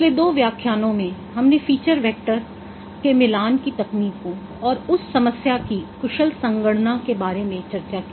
पिछले दो व्याख्यानों में हमने फीचर वैक्टर्स के मिलान की तकनीकों और उस समस्या की कुशल संगणना के बारे में चर्चा की